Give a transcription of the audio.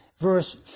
verse